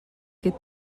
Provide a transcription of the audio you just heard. que